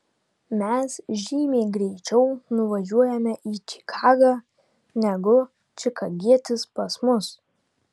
mes žymiai greičiau nuvažiuojame į čikagą negu čikagietis pas mus